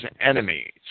enemies